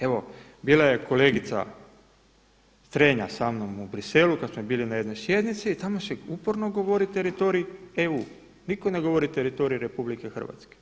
Evo bila je kolegica Strenja sa mnom u Bruxellesu kada smo bili na jednoj sjednici i tamo se uporno govori teritorij EU, niko ne govori teritorij RH.